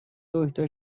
دکتر